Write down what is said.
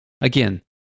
Again